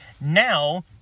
now